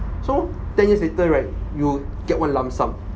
so ten years later right you get one lump sum